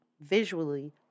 visually